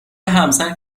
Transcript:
همسر